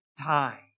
time